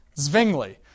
Zwingli